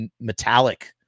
metallic